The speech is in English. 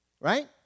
right